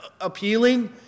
appealing